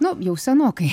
nu jau senokai